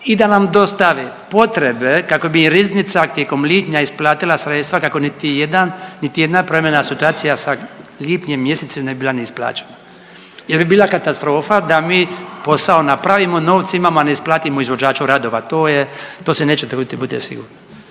i da nam dostave potrebe kako bi riznica tijekom lipnja isplatila sredstva kako niti jedan, niti jedna promjena…/Govornik se ne razumije/…sa lipnjem mjesecem ne bi bila neisplaćena jer bi bila katastrofa da mi posao napravimo, novce imamo, a ne isplatimo izvođaču radova, to je, to se neće dogoditi budite sigurni.